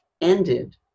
ended